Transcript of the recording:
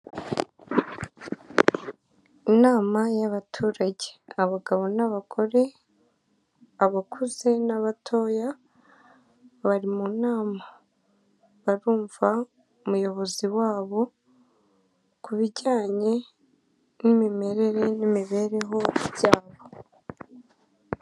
Inama y'abaturage abagabo n'abagore, abakuze n'abatoya bari mu nama barumva umuyobozi wabo kubijyanye n'imimerere n'imibereho yabo.